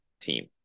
team